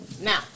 Now